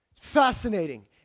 Fascinating